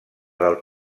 del